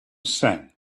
sing